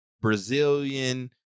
Brazilian